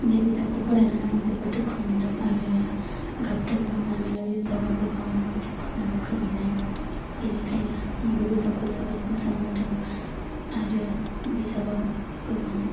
बे बिजाबखौ फरायनानै आं जोबोद दुखु मोनदों आरो गाबदोंबो मानोना बे बिजाबा गोबां दुखुजों फोरमायनाय बेनिखायनो आं बे बिजाबखौ जोबोद मोजां मोनदों आरो बिजाबाव गोबां